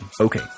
okay